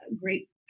great